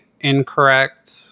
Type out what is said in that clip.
incorrect